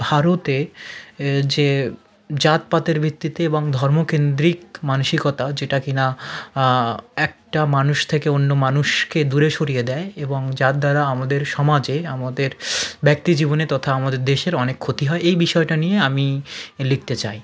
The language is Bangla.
ভারতে এ যে জাতপাতের ভিত্তিতে এবং ধর্মকেন্দ্রিক মানসিকতা যেটা কিনা একটা মানুষ থেকে অন্য মানুষকে দূরে সরিয়ে দেয় এবং যার দ্বারা আমাদের সমাজে আমাদের ব্যক্তিজীবনে তথা আমাদের দেশের অনেক ক্ষতি হয় এই বিষয়টা নিয়ে আমি লিখতে চাই